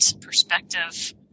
perspective